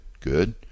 good